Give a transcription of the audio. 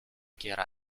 quiera